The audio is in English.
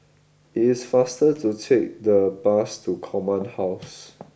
it is faster to take the bus to Command House